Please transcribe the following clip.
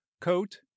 coat